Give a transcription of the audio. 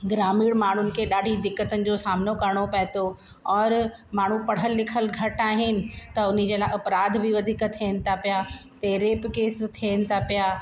ग्रामीण माण्हुनि खे ॾाढी दिक़तनि जो सामनो करिणो पिए थो और माण्हू पढ़ियल लिखियल घटि आहिनि त हुनजे लाइ अपराध बि वधीक थिअनि था पिया ते रेप केस थिअनि था पिया